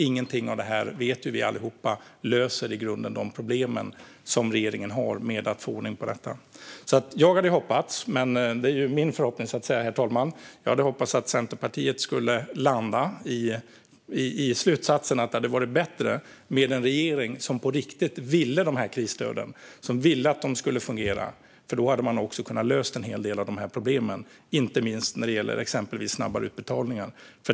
Ingenting av det löser i grunden de problem som regeringen har med att få ordning på detta. Det vet vi allihop. Herr talman! Jag hade hoppats - men det är ju min förhoppning - att Centerpartiet skulle landa i slutsatsen att det hade varit bättre med en regering som på riktigt ville ha krisstöden och ville att de skulle fungera. Då hade man kunnat lösa en hel del av problemen. Det gäller inte minst snabbare utbetalningar.